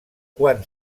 quan